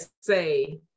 say